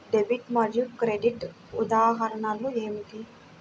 Debit మరియు credit ఉదాహరణలు ఏమిటీ?